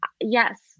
yes